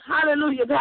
hallelujah